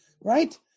right